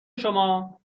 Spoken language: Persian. شما